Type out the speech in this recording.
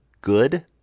good